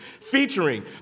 featuring